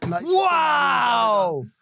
Wow